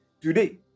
today